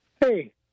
Hey